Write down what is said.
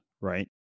right